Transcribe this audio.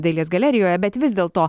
dailės galerijoje bet vis dėl to